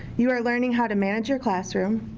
you are learning how to manage your classroom,